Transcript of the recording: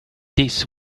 this